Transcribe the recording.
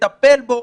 מטפל בו,